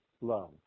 love